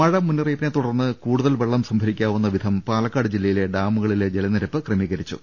മുന്നറിയിപ്പിനെ തുടർന്ന് കൂടുതൽ വെള്ളം മ ഴ സംഭരിക്കാവുന്നവിധം പാലക്കാട് ജില്ലയിലെ ഡാമുകളിലെ ജലനിരപ്പ് ക്രമീകരിച്ചു